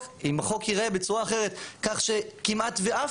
אם החוק ייראה בצורה אחרת כך שכמעט ואף